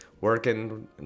working